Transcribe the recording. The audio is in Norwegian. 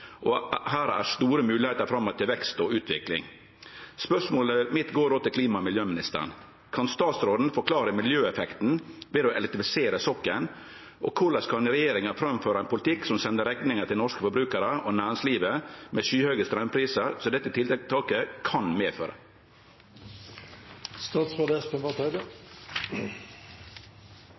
og her er det store moglegheiter framover til vekst og utvikling. Spørsmålet mitt går til klima- og miljøministeren. Kan statsråden forklare miljøeffekten ved å elektrifisere sokkelen, og korleis kan regjeringa framføre ein politikk som sender rekninga til norske forbrukarar og næringslivet, med skyhøge straumprisar, som dette tiltaket kan